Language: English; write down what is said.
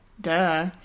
Duh